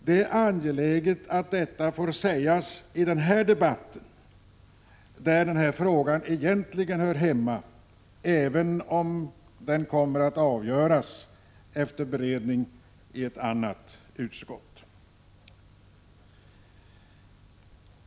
Det är angeläget att detta får sägas i den här debatten där frågan egentligen hör hemma, även om den kommer att avgöras efter beredning i ett annat utskott.